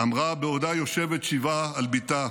אמרה בעודה יושבת שבעה על בתה: